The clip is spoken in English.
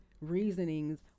reasonings